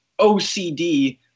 OCD